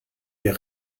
mir